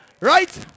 Right